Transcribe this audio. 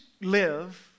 live